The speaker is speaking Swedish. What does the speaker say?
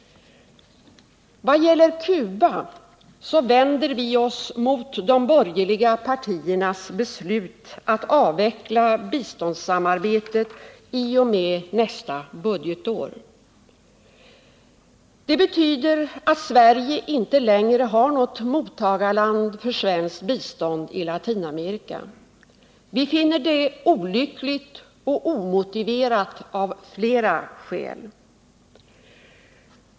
Vad gäller Cuba vänder vi oss mot de borgerliga partiernas beslut att avveckla biståndssamarbetet i och med nästa budgetår. Det betyder att Sverige inte längre har något mottagarland för svenskt bistånd i Latinamerika. Vi finner detta olyckligt och omotiverat av flera skäl.